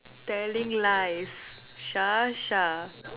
telling lies Shah Shah